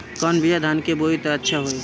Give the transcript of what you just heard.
कौन बिया धान के बोआई त अच्छा होई?